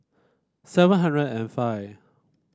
seven hundred and five